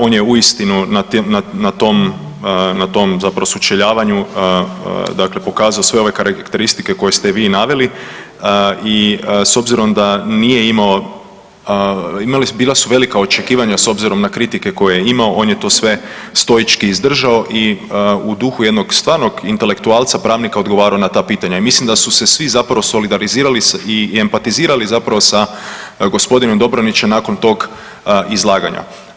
On je uistinu na tom zapravo sučeljavanju dakle pokazao sve ove karakteristike koje ste vi naveli i s obzirom da nije imao, imali, bila su velika očekivanja s obzirom na kritike koje je imao, on je to sve stoički izdržao i u duhu jednog stvarnog intelektualca, pravnika, odgovarao na ta pitanja i mislim da su se svi zapravo solidarizirali i empatizirali zapravo sa g. Dobronićem nakon tog izlaganja.